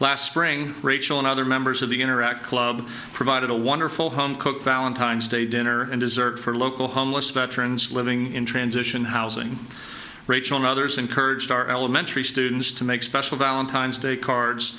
last spring rachel and other members of the interact club provided a wonderful home cooked valentine's day dinner and dessert for local homeless veterans living in transition housing rachel mothers encouraged our elementary students to make special valentine's day cards